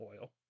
oil